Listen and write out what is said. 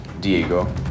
Diego